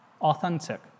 authentic